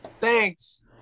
Thanks